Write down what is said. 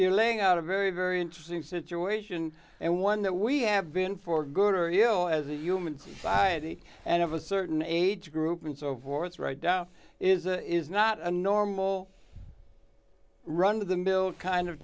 you're laying out a very very interesting situation and one that we have been for good or you know as a human society and of a certain age group and so forth right now is a is not a normal run of the mill kind of